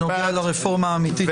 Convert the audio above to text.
בנוגע לרפורמה האמיתית.